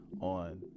on